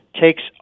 takes